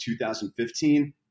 2015